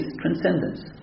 transcendence